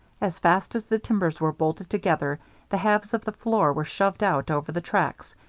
as fast as the timbers were bolted together the halves of the floor were shoved out over the tracks,